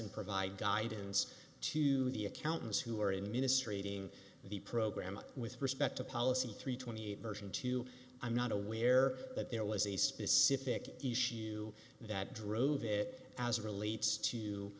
and provide guidance to the accountants who are in the ministry ting the program with respect to policy three twenty eight version two i'm not aware that there was a specific issue that drove it as relates to